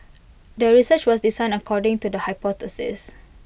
the research was designed according to the hypothesis